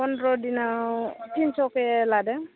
पन्द्र' दिनाव तिनस'के लादों